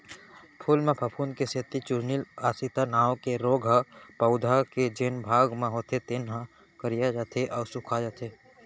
फूल म फफूंद के सेती चूर्निल आसिता नांव के रोग ह पउधा के जेन भाग म होथे तेन ह करिया जाथे अउ सूखाजाथे